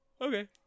okay